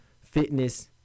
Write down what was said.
fitness